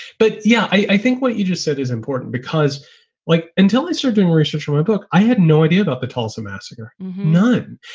but yeah, i think what you just said is important because like until they start doing research for a book, i had no idea about the tulsa massacre. no.